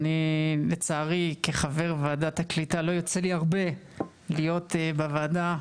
לעצרי כחבר ועדת הקליטה לא יוצא לי הרבה להיות בוועדה,